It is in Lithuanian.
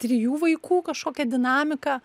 trijų vaikų kažkokią dinamiką